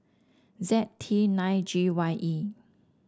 Z T nine G Y E